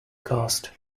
cast